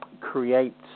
create